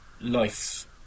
life